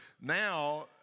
now